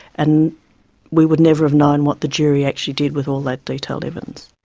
and we would never have known what the jury actually did with all that detailed evidence.